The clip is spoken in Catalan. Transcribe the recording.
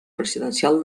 presidencial